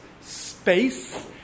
space